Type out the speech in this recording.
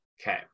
Okay